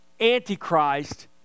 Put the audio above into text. Antichrist